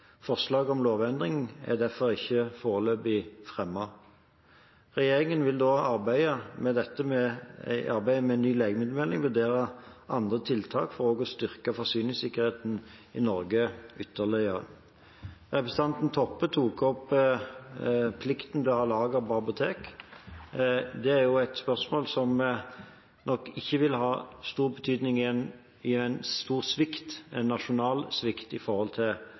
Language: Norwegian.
Forslaget om lovendring er derfor ikke foreløpig fremmet. Regjeringen vil i arbeidet med ny legemiddelmelding òg vurdere andre tiltak for å styrke forsyningssikkerheten i Norge ytterligere. Representanten Toppe tok opp plikten til å ha lager på apotek. Det er et spørsmål som nok ikke vil ha stor betydning ved en stor, nasjonal forsyningssvikt. Når det gjelder det å ha beredskapsplaner, er det òg et generelt krav vi har i